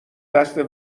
دست